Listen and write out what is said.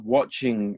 Watching